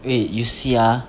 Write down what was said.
wait you see ah